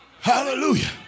hallelujah